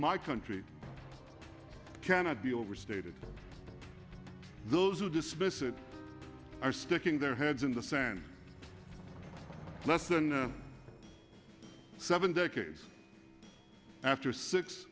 my country cannot be overstated those who dismiss it are sticking their heads in the sand less than seven decades after six